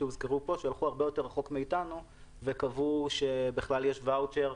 שהלכו הרבה יותר רחוק מאתנו וקבעו שבכלל יש ואוצ'ר,